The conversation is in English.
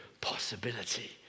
Possibility